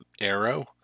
Arrow